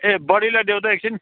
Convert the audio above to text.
ए बडीलाई देऊ त एकछिन